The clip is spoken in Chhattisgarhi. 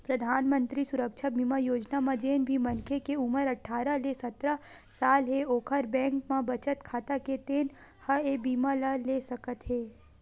परधानमंतरी सुरक्छा बीमा योजना म जेन भी मनखे के उमर अठारह ले सत्तर साल हे ओखर बैंक म बचत खाता हे तेन ह ए बीमा ल ले सकत हे